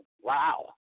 Wow